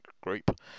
group